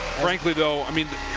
frankly though i mean